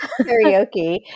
karaoke